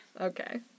Okay